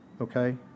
okay